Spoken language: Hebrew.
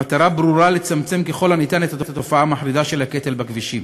במטרה ברורה לצמצם ככל האפשר את התופעה המחרידה של הקטל בכבישים.